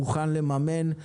מוכן לממן,